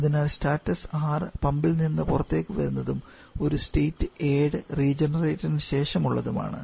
അതിനാൽ സ്റ്റാറ്റസ് 6 പമ്പിൽ നിന്ന് പുറത്തേക്കു വരുന്നതും ഒരു സ്റ്റേറ്റ് 7 റീജനറേഷനുശേഷം ഉള്ളതുമാണ്